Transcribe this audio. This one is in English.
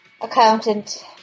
Accountant